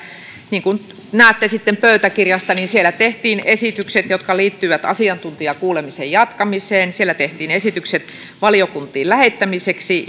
niin kuin näette sitten pöytäkirjasta siellä tehtiin esitykset jotka liittyvät asiantuntijakuulemisen jatkamiseen siellä tehtiin esitykset valiokuntiin lähettämiseksi